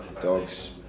dogs